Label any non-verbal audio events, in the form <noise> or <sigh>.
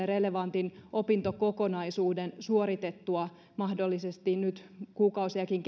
<unintelligible> relevantin opintokokonaisuuden suoritettua mahdollisesti nyt kuukausiakin <unintelligible>